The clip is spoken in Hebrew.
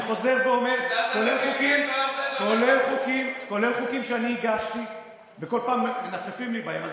אני חוזר ואומר: כולל חוקים שאני הגשתי וכל פעם מנפנפים לי בהם.